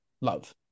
love